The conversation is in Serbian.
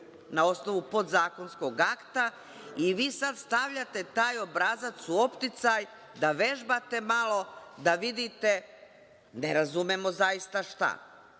na osnovu podzakonskog akta i vi sad stavljate taj obrazac u opticaj da vežbate malo, da vidite, ne razumemo zaista šta?